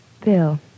Bill